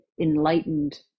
enlightened